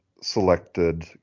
selected